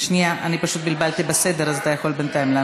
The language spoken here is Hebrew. פשוט בלבלתי בסדר, אז אתה יכול להמשיך.